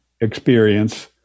experience